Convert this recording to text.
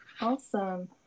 Awesome